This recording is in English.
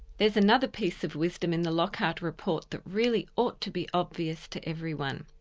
there's another piece of wisdom in the lockhart report that really ought to be obvious to everyone.